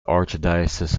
archdiocese